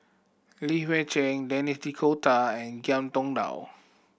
Li Hui Cheng Denis D'Cotta and Ngiam Tong Dow